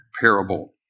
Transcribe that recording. parable